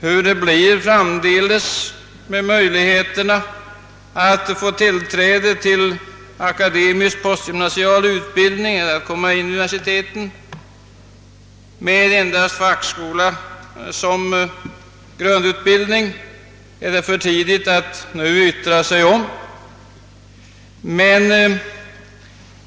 Hur det blir framdeles med möjligheterna att få tillträde till akademisk postgymnasial utbildning eller att komma in vid universitetet med endast fackskola som grundutbildning är det för tidigt att nu yttra sig om.